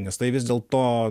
nes tai vis dėl to